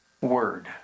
word